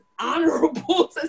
honorable